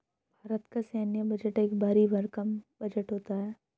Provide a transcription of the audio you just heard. भारत का सैन्य बजट एक भरी भरकम बजट होता है